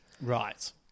Right